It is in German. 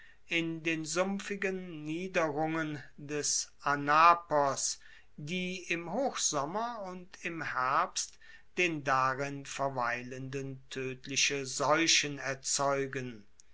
in den sumpfigen niederringen des anapos die im hochsommer und im herbst den darin verweilenden toedliche seuchen erzeugen